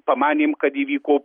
pamanėm kad įvyko